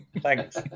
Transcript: thanks